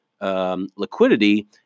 liquidity